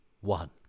one